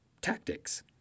tactics